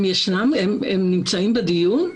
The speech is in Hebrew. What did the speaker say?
הם בדיון?